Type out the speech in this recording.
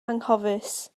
anghofus